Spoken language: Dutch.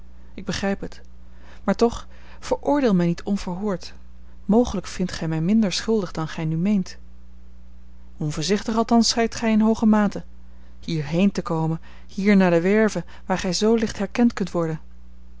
ik begrijp het maar toch veroordeel mij niet onverhoord mogelijk vindt gij mij minder schuldig dan gij nu meent onvoorzichtig althans zijt gij in hooge mate hier heen te komen hier naar de werve waar gij zoo licht herkend kunt worden